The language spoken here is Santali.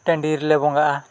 ᱴᱟᱺᱰᱤ ᱨᱮᱞᱮ ᱵᱚᱸᱜᱟᱜᱼᱟ